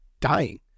dying